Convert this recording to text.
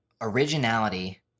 originality